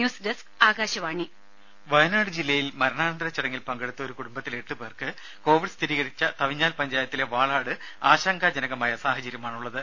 news desk Akashvani ദേദ വയനാട് ജില്ലയിൽ മരണാനന്തര ചടങ്ങിൽ പങ്കെടുത്ത ഒരു കുടുംബത്തിലെ എട്ടു പേർക്ക് കോവിഡ് സ്ഥിരീകരിച്ച തവിഞ്ഞാൽ പഞ്ചായത്തിലെ വാളാട് ആശങ്കാജനകമായ സാഹചര്യമാണുള്ളത്